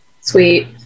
Sweet